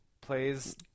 plays